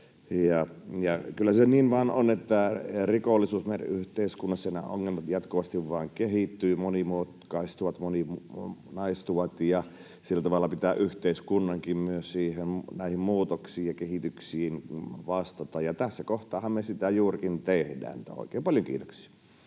kyllä se niin vain on, että rikollisuus meidän yhteiskunnassamme ja nämä ongelmat jatkuvasti vain kehittyvät, monimutkaistuvat, moninaistuvat, ja sillä tavalla pitää yhteiskunnankin myös siihen, näihin muutoksiin ja kehityksiin, vastata, ja tässä kohtaahan me sitä juurikin teemme. — Että oikein paljon kiitoksia.